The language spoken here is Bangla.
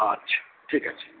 আচ্ছা ঠিক আছে